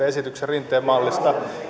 esityksen rinteen mallista